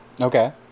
okay